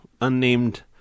unnamed